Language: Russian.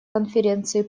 конференции